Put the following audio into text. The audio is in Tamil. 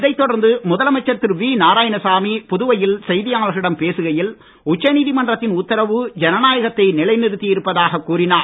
இதைத் தொடர்ந்து முதலமைச்சர் திரு வி நாராயணசாமி புதுவையில் செய்தியாளர்களிடம் பேசுகையில் உச்சநீதிமன்றத்தின் உத்தரவு ஜனநாயகத்தை நிலைநிறுத்தி இருப்பதாக கூறினார்